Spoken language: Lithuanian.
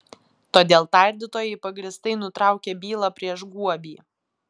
todėl tardytojai pagrįstai nutraukė bylą prieš guobį